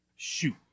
Shoot